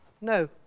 No